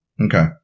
Okay